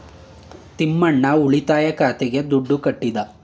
ತಿಮ್ಮಣ್ಣ ಉಳಿತಾಯ ಖಾತೆಗೆ ದುಡ್ಡು ಕಟ್ಟದ